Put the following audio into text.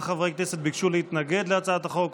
כמה חברי כנסת ביקשו להתנגד להצעת החוק.